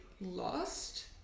lost